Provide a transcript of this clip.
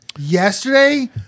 Yesterday